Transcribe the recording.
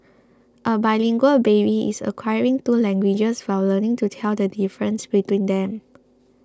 a bilingual baby is acquiring two languages while learning to tell the difference between them